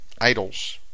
idols